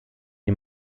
die